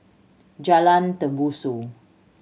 Jalan Tembusu